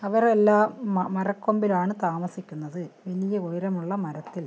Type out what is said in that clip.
അവരെല്ലാം മരക്കൊമ്പിലാണ് താമസിക്കുന്നത് വലിയ ഉയരമുള്ള മരത്തിൽ